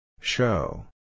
Show